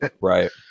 right